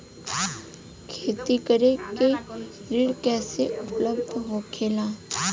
खेती करे के ऋण कैसे उपलब्ध होखेला?